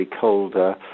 colder